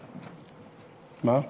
מה?